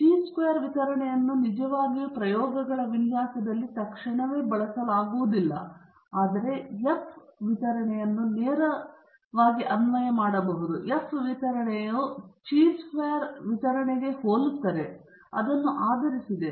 ಚಿ ಚದರ ವಿತರಣೆಯನ್ನು ನಿಜವಾಗಿಯೂ ಪ್ರಯೋಗಗಳ ವಿನ್ಯಾಸದಲ್ಲಿ ತಕ್ಷಣವೇ ಬಳಸಲಾಗುವುದಿಲ್ಲ ಆದರೆ ಎಫ್ ವಿತರಣೆಯು ನೇರ ಅನ್ವಯವನ್ನು ಕಂಡುಕೊಳ್ಳುತ್ತದೆ ಮತ್ತು ಎಫ್ ವಿತರಣೆಯು ಚಿ ಚೌಕದ ಹಂಚಿಕೆಗೆ ಹೋಲುತ್ತದೆ ಮತ್ತು ಅದು ಆಧರಿಸಿದೆ